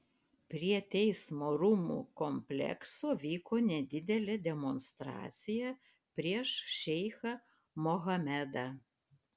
prie teismo rūmų komplekso vyko nedidelė demonstracija prieš šeichą mohamedą